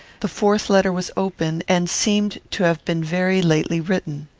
the fourth letter was open, and seemed to have been very lately written.